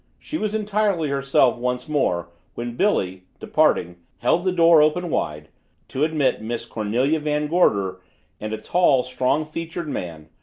she was entirely herself once more when billy, departing, held the door open wide to admit miss cornelia van gorder and a tall, strong-featured man,